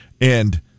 and-